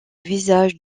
visage